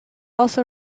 also